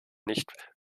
nicht